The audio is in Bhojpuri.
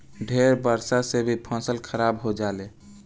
ढेर बरखा से भी फसल खराब हो जाले